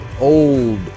old